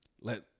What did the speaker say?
let